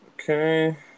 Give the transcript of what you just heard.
Okay